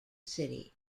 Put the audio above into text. city